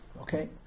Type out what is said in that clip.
okay